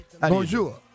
Bonjour